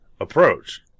approach